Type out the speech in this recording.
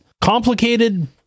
complicated